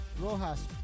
Rojas